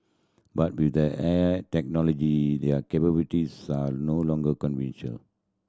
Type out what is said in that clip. but with the aid technology their capabilities are no longer conventional